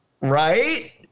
right